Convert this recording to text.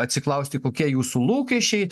atsiklausti kokie jūsų lūkesčiai